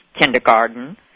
kindergarten